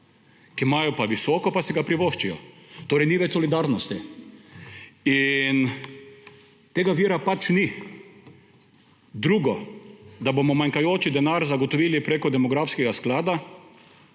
ki imajo visoko plačo, pa si ga privoščijo. Torej ni več solidarnosti. Tega vira pač ni. Drugo. Da bomo manjkajoči denar zagotovili prek demografskega sklada